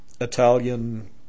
Italian